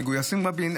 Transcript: מגויסים רבים.